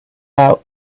out